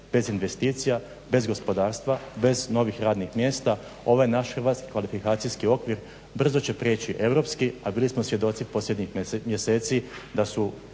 bez investicija, bez gospodarstva, bez novih radnih mjesta ovaj naš hrvatski kvalifikacijski okvir brzo će preći europski, a bili smo svjedoci posljednjih mjeseci da su